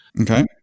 Okay